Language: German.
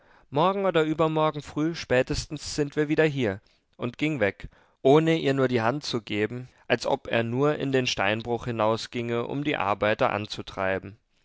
morgen oder übermorgen früh spätestens sind wir wieder hier und ging weg ohne ihr nur die hand zu geben als ob er nur in den steinbruch hinausginge um die arbeiter anzutreiben